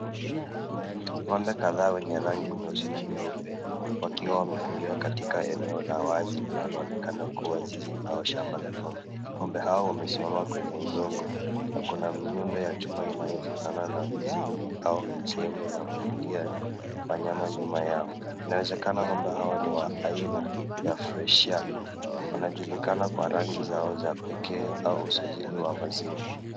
Ngombe kadhaa wenye rangi nyeusi na nyeupe, wakiwa wamefungiwa katika eneo la wazi linaloonekana kuwa zizi au shamba la ng'ombe. Ng'ombe hao wamesimama kwenye udongo, na kuna miundo ya chuma inayofanana na vizimbi au sehemu ya kufungia wanyama nyuma yao. Inawezekana ng'ombe hawa ni wa aina ya friesian , wanajulikana kwa rangi zao za pekee au usajili wa maziwa